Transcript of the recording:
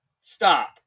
stop